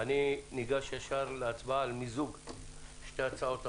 אני ניגש ישר להצבעה על מיזוג של שתי הצעות החוק.